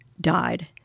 died